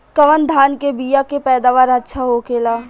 कवन धान के बीया के पैदावार अच्छा होखेला?